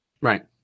Right